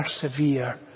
persevere